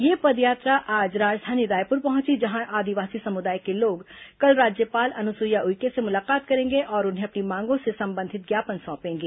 यह पदयात्रा आज राजधानी रायपुर पहुंची जहां आदिवासी समुदाय के लोग कल राज्यपाल अनुसुईया उइके से मुलाकात करेंगे और उन्हें अपनी मांगों से संबंधित ज्ञापन सौंपेंगे